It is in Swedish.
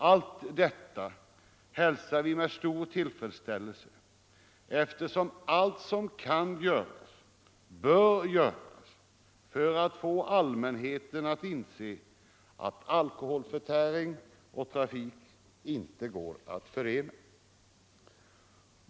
Allt detta hälsar vi med stor tillfredsställelse, eftersom allt som kan göras bör göras för att få allmänheten att inse att alkoholförtäring och trafik inte går att förena.